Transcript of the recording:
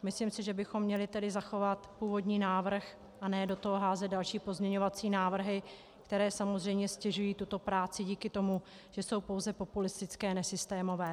Myslím si, že bychom měli tedy zachovat původní návrh, a ne do toho házet další pozměňovací návrhy, které samozřejmě ztěžují tuto práci díky tomu, že jsou pouze populistické, nesystémové.